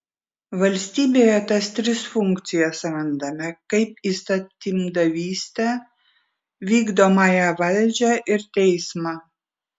valstybėje tas tris funkcijas randame kaip įstatymdavystę vykdomąją valdžią ir teismą